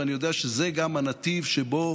ואני יודע שזה גם הנתיב שבו